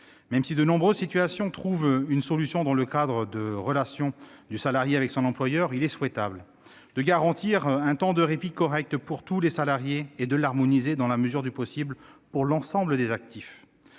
Même si de nombreuses situations trouvent une solution dans le cadre de la relation du salarié avec son employeur, il est souhaitable de garantir un temps de répit correct pour tous les salariés et de l'harmoniser, dans la mesure du possible, pour l'ensemble des actifs.